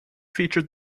featured